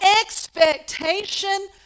expectation